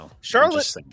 Charlotte